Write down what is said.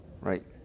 right